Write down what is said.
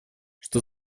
что